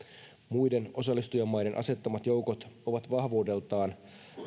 muiden osallistujamaiden asettamat joukot ovat vahvuudeltaan